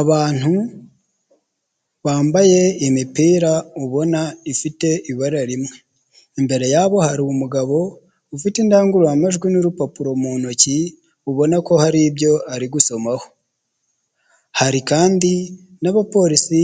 Abantu bambaye imipira ubona ifite ibara rimwe, imbere yabo har’umugabo ufite indangururamajwi n'urupapuro mu ntoki, ubona ko hari ibyo ari gusomaho. Hari kandi n'abapolisi